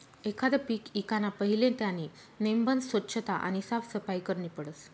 एखांद पीक ईकाना पहिले त्यानी नेमबन सोच्छता आणि साफसफाई करनी पडस